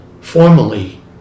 formally